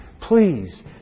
please